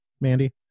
Mandy